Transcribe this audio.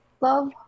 Love